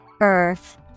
Earth